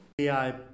AI